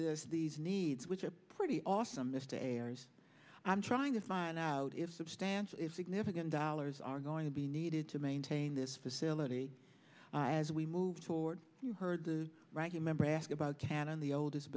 city's needs which are pretty awesome mr ayres i'm trying to find out if substantial significant dollars are going to be needed to maintain this facility as we move forward you heard the ranking member ask about can on the oldest